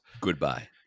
goodbye